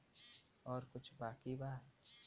और कुछ बाकी बा?